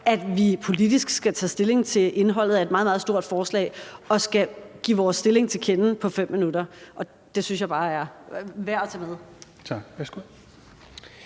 at vi politisk skal tage stilling til indholdet af et meget, meget stort forslag og skal give vores stilling til kende på 5 minutter. Det synes jeg bare er værd at tage med.